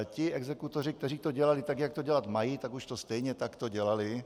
Ti exekutoři, kteří to dělali tak, jak to dělat mají, už to stejně takto dělali.